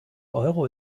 euro